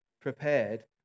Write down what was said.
prepared